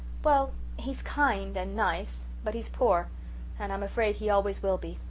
well he's kind and nice but he's poor and i'm afraid he always will be,